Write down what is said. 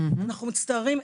אנו מצטערים,